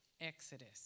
Exodus